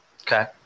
Okay